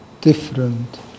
different